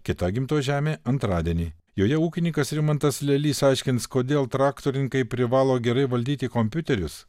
kita gimtoji žemė antradienį joje ūkininkas rimantas lelys aiškins kodėl traktorininkai privalo gerai valdyti kompiuterius